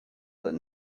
that